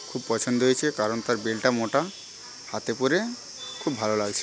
খুব পছন্দ হয়েছে কারণ তার বেল্টটা মোটা হাতে পরে খুব ভালো লাগছে